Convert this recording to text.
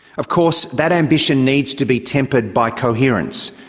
of course, that ambition needs to be tempered by coherence.